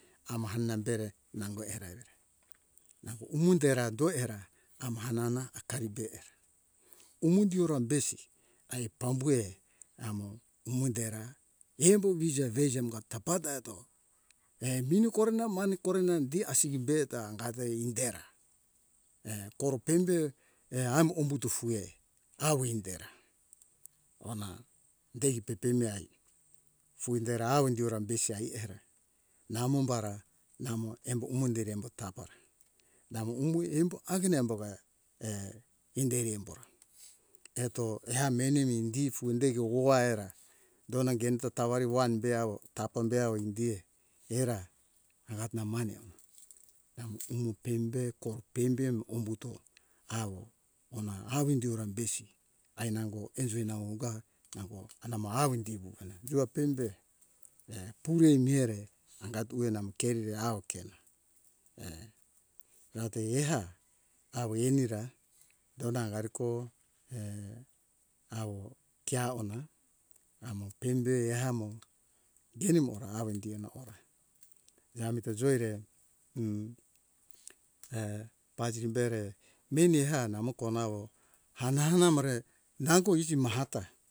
Ama hana be re nango era evure nango umo dera doi era ama hanana akari be ra umo diora besi ae pambuhe amo umo dera embo wiza beiza tapa ta eto err mini kore na mane kore na di asigi be ta angate indera err koro pembe err amu umbuto fue awo indera hona dei pepemi ai fu indera awo indi ora besi ai era namo bara namo embo umo dere embo tapa ra namo umbu embo hagen embo ga err inderi embora eto eha meni mi di fu indigo wo aira dona genta tawari wan be awo tapa be awo indie era gat namane or namo umo pembe ko pembe mo ombuto awo hona awo indi eora besi ai nango esre nau ungaha nango anama hawo indi wuwena jua pembe err powe mihere angat tuwe namo keri re awo kena err rate eha awo eni ra donda angari ko err awo kea ona amo pembe eha amo geni mora awo indi hora amita joi ere hm err paziri be re meni eha namoko nao hana hana amore nango isi mahata